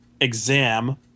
exam